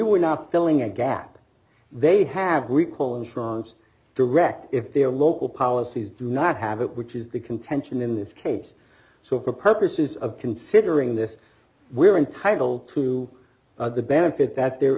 were not filling a gap they have recall and strongs direct if their local policies do not have it which is the contention in this case so for purposes of considering this we're entitled to the benefit that there